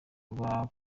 haba